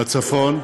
בצפון,